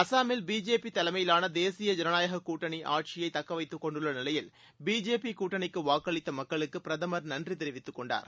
அஸ்ஸாமில் பிஜேபி தலைமையிலாள தேசிய ஜனநாயக கூட்டனி தக்கவைத்துக்கொண்டுள்ள நிலையில் பிஜேபி கூட்டணிக்கு வாக்களித்த மக்களுக்கு பிரதமர் நன்றி தெரிவித்துக் கொண்டார்